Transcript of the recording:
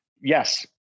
yes